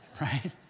right